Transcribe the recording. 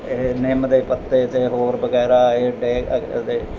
ਇਹ ਨਿੰਮ ਦੇ ਪੱਤੇ ਅਤੇ ਹੋਰ ਵਗੈਰਾ ਇਹ ਡੇਕ ਦੇ